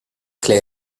clay